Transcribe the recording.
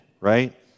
right